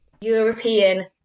European